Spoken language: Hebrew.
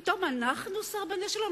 פתאום אנחנו סרבני שלום?